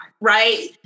Right